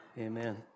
Amen